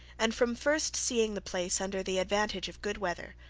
and from first seeing the place under the advantage of good weather,